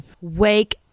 Wake